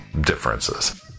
differences